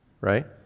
right